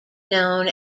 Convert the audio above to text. known